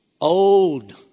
old